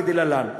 כדלהלן: